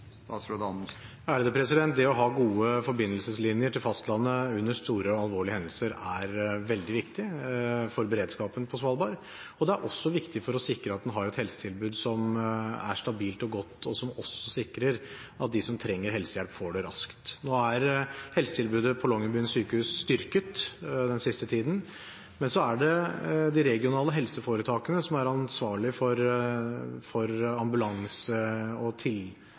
fastlandet under store og alvorlige hendelser er veldig viktig for beredskapen på Svalbard, og det er også viktig for å sikre at en har et helsetilbud som er stabilt og godt, og som også sikrer at de som trenger helsehjelp, får det raskt. Helsetilbudet på Longyearbyen sykehus er styrket den siste tiden, men det er de regionale helseforetakene som er ansvarlig for tilbringertjenesten, også for ambulansefly. Det er i den prosessen at det er besluttet at en ikke har økonomi til